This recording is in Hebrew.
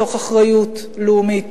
מתוך אחריות לאומית: